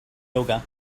yoga